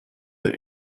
the